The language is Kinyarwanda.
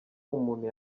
umuntu